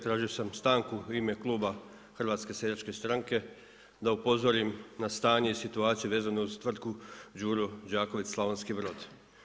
Tražio sam stanku u ime kluba HSS-a da upozorim na stanje i situaciju vezano uz Tvrtku Đuro Đaković Slavonski Brod.